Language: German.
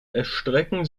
erstrecken